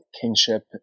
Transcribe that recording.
kingship